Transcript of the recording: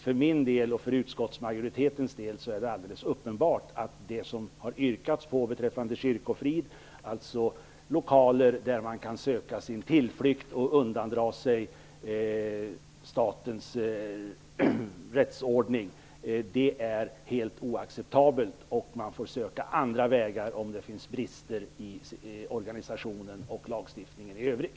För min del och för utskottsmajoritetens del är det alldeles uppenbart att det som har yrkats beträffande kyrkofrid, alltså att man kan söka sin tillflykt och undandra sig statens rättsordning i kyrkolokal, är helt oacceptabelt. Man får söka andra vägar om det finns brister i organisationen och lagstiftningen i övrigt.